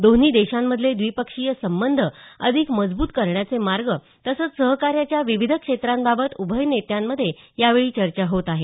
दोन्ही देशांमधले द्विपक्षीय संबंध अधिक मजबूत करण्याचे मार्ग तसंच सहकार्याच्या विविध क्षेत्रांबाबत उभय नेत्यांमधे यावेळी चर्चा होत आहे